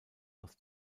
aus